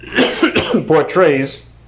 portrays